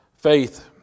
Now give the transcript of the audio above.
Faith